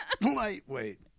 Lightweight